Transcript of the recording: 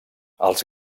els